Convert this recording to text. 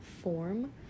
form